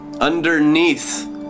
underneath